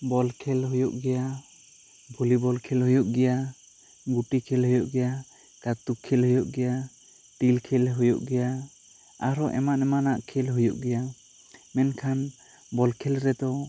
ᱵᱚᱞ ᱠᱷᱮᱞ ᱦᱩᱭᱩᱜ ᱜᱮᱭᱟ ᱵᱷᱚᱞᱤᱵᱚᱞ ᱠᱷᱮᱞ ᱦᱩᱭᱩᱜ ᱜᱮᱭᱟ ᱜᱩᱴᱤ ᱠᱷᱮᱞ ᱦᱩᱭᱩᱜ ᱜᱮᱭᱟ ᱠᱟᱨᱛᱩᱠ ᱠᱷᱮᱞ ᱦᱩᱭᱩᱜ ᱜᱮᱭᱟ ᱴᱤᱨ ᱠᱷᱮᱞ ᱦᱩᱭᱩᱜ ᱜᱮᱭᱟᱟᱨ ᱦᱚᱸ ᱮᱢᱟᱱ ᱮᱢᱟᱱᱟᱜ ᱠᱷᱮᱞ ᱦᱩᱭᱩᱜ ᱜᱮᱭᱟ ᱢᱮᱱᱠᱷᱟᱱᱮ ᱵᱚᱞ ᱠᱷᱮᱞ ᱨᱮᱫᱚ